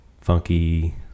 funky